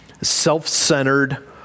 self-centered